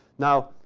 now,